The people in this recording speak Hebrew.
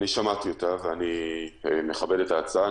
שמעתי אותה, ואני מכבד את ההצעה.